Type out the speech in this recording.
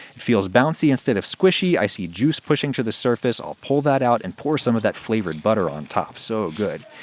it feels bouncy instead of squishy, i see juice pushing to the surface, i'll pull that out and pour some of that flavored butter on top. so good.